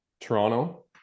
Toronto